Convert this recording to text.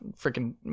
freaking